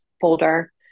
folder